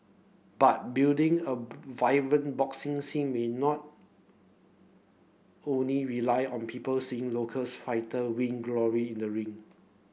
but building a vibrant boxing scene may not only rely on people seeing locals fighter win glory in the ring